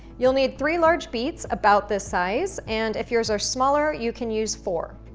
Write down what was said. you'll need three large beets about this size and if yours are smaller, you can use four.